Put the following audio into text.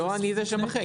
לא אני זה שמנחה.